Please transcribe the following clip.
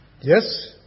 Yes